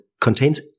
contains